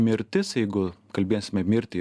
mirtis jeigu kalbėsime mirtį